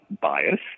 bias